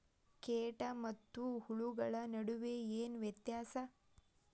ಕೇಟ ಮತ್ತು ಹುಳುಗಳ ನಡುವೆ ಏನ್ ವ್ಯತ್ಯಾಸ?